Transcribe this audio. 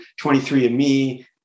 23andMe